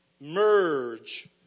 merge